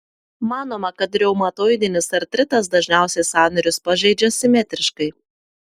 manoma kad reumatoidinis artritas dažniausiai sąnarius pažeidžia simetriškai